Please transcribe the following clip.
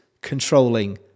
controlling